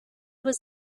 was